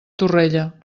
torrella